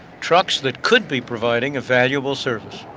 trucks that could be providing a valuable service.